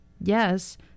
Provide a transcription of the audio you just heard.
Yes